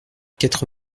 quatre